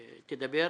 תדבר.